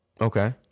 Okay